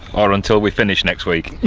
or until we finish next week.